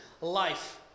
life